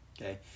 Okay